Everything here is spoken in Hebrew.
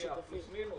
פלוס מינוס,